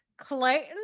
Clayton